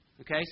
Okay